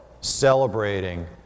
celebrating